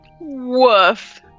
Woof